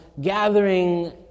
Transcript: gathering